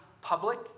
public